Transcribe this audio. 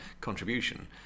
contribution